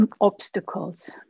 obstacles